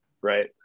Right